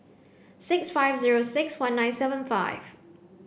six five zero six one nine seven five